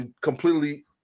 completely